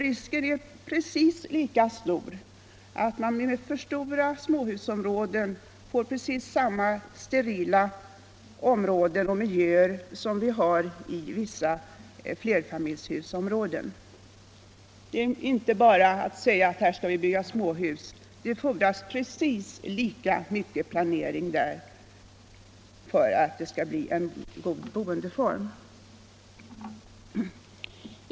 Risken är att man med för stora småhusområden får precis samma sterila miljöer som vi har i vissa områden med flerfamiljshus. Det är inte bara att säga att här skall vi bygga småhus. Det fordras här precis lika mycket planering för att det skall bli en god boendeform.